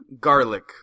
garlic